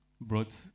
brought